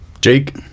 Jake